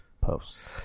Posts